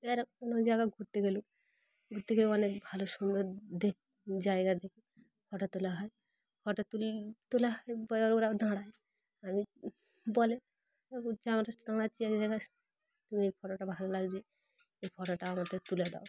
এর কোনো জায়গা ঘুরতে গেলে ঘুরতে গেলে অনেক ভালো সুন্দর দেখ জায়গা দেখে ফটো তোলা হয় ফটো ত তোলা হয় ব ওরাও দাঁড়ায় আমি বলে যে আমার তোমরা এক জায়গায় তুমি এই ফটোটা ভালো লাগছে এই ফটোটা আমাদের তুলে দাও